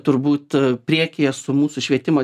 turbūt priekyje su mūsų švietimo